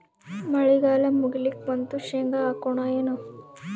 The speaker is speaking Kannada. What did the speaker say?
ಮಳಿಗಾಲ ಮುಗಿಲಿಕ್ ಬಂತು, ಶೇಂಗಾ ಹಾಕೋಣ ಏನು?